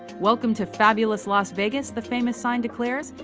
welcome to fabulous las vegas the famous sign declares,